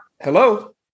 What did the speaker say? Hello